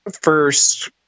first